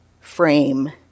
frame